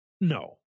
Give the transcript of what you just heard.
No